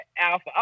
alpha